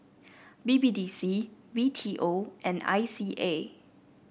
B B D C B T O and I C A